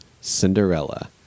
Cinderella